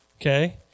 Okay